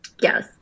Yes